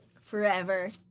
forever